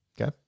Okay